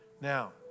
Now